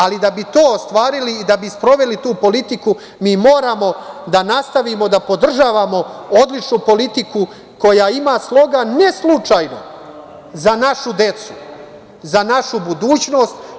Ali, da bi to ostvarili i da bi sproveli tu politiku mi moramo da nastavimo da podržavamo odličnu politiku koja ima sloga, ne slučajno, „Za našu decu“, za našu budućnost.